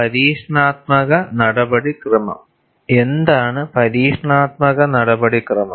പരീക്ഷണാത്മക നടപടിക്രമം എന്താണ് പരീക്ഷണാത്മക നടപടിക്രമം